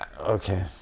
Okay